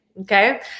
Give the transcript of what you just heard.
okay